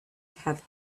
have